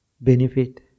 Benefit